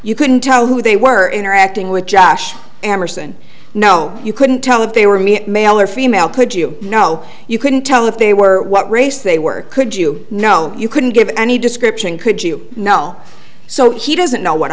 you couldn't tell who they were interacting with josh amerson no you couldn't tell if they were male or female could you know you couldn't tell if they were what race they were could you know you couldn't give any description could you know so he doesn't know what